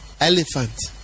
elephant